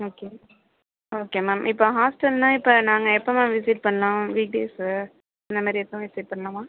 okay ma'am okay ma'am இப்போ ஹாஸ்டல்னா இப்போ நாங்கள் எப்போ மேம் விசிட் பண்ணலாம் வீக் டேஸ்ஸு அந்த மாதிரி எப்போவும் விசிட் பண்ணலாமா